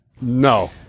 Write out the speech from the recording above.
No